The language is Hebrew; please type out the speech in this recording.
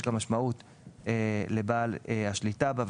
יש לה משמעות לבעל השליטה בה,